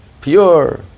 pure